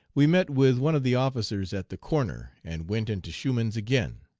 we met with one of the officers at the corner, and went into schumann's again.